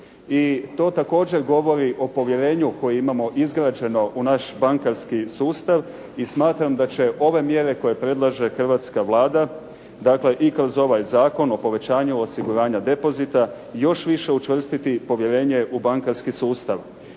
to također govori o povjerenju koje imamo izgrađeno u naš bankarski sustav i smatram da će ove mjere koje predlaže hrvatska Vlada, dakle i kroz ovaj Zakon o povećanju osiguranja depozita još više učvrstiti povjerenje u bankarski sustav.